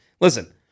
listen